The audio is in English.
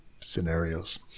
scenarios